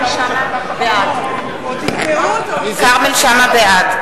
רונית תירוש, נגד